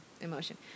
emotion